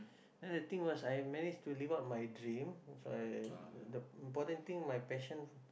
and the thing was I managed to live up dream so I the important thing my passion